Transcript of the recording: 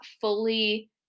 fully